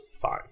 fine